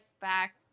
back